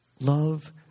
Love